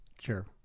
Sure